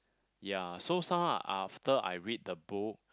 ya so somehow after I read the book